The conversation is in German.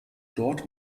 dort